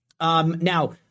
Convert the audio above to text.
Now